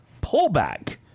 pullback